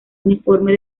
uniforme